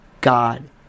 God